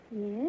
Yes